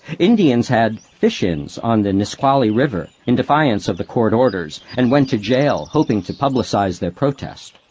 indians had fish-ins on the nisqually river, in defiance of the court orders, and went to jail, hoping to publicize their protest.